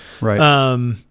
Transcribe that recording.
right